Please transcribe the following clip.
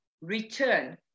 return